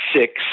six